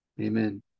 Amen